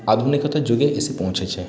আধুনিকতার যুগে এসে পৌঁছেছে